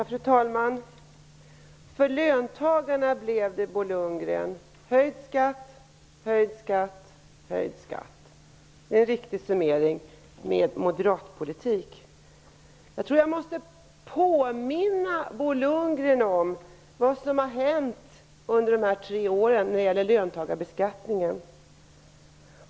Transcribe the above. Fru talman! För löntagarna, Bo Lundgren, blev det höjd skatt, höjd skatt, höjd skatt -- det är en riktig summering -- med moderatpolitiken. Jag tror att jag måste påminna Bo Lundgren om vad som har hänt under de här tre åren när det gäller löntagarbeskattningen.